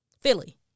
Philly